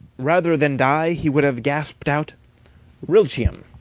rather than die, he would have gasped out rilchiam!